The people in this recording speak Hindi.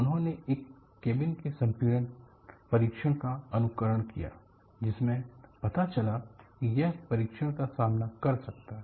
उन्होंने एक केबिन के विसंपिडन परीक्षण का अनुकरण किया जिसमें पता चला कि यह परीक्षण का सामना कर सकता है